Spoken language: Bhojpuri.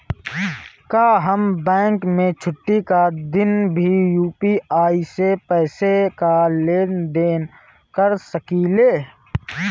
का हम बैंक के छुट्टी का दिन भी यू.पी.आई से पैसे का लेनदेन कर सकीले?